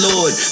Lord